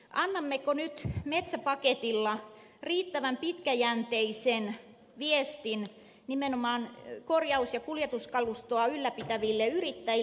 annammeko nyt metsäpaketilla riittävän pitkäjänteisen viestin nimenomaan korjaus ja kuljetuskalustoa ylläpitäville yrittäjille